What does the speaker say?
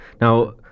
Now